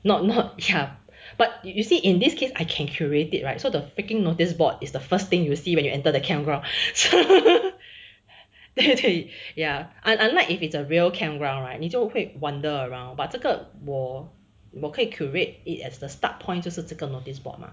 not not ya but you see in this way I can curate it right so the freaking notice board is the first thing you will see when you enter the campground so 对对 ya unlike unlike if it's a real campground right 你就会 wonder around but 这个我我可以 curate it as the start point 就是这个 notice board